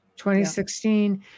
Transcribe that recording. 2016